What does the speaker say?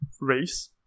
race